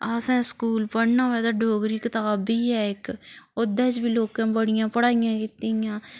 असें स्कूल पढ़ना होऐ ते डोगरी कताब बी ऐ इक ओह्दे च बी लोकें बड़ियां पढ़ाइयां कीतियां